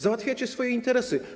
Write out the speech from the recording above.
Załatwiacie swoje interesy.